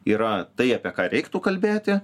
yra tai apie ką reiktų kalbėti